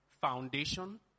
foundation